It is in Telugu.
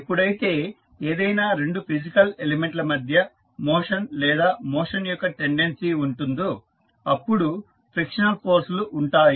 ఎప్పుడైతే ఏదైనా రెండు ఫిజికల్ ఎలిమెంట్ ల మధ్య మోషన్ లేదా మోషన్ యొక్క టెండెన్సీ ఉంటుందో అపుడు ఫ్రిక్షనల్ ఫోర్స్ లు ఉంటాయి